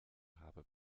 habe